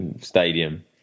stadium